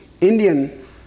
Indian